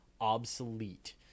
obsolete